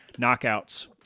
knockouts